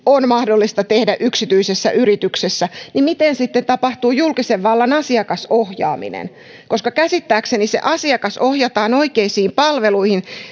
on mahdollista tehdä yksityisessä yrityksessä miten tapahtuu julkisen vallan asiakasohjaaminen koska käsittääkseni asiakas ohjataan oikeisiin palveluihin